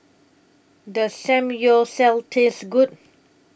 Does Samgyeopsal Taste Good